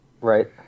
Right